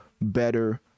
better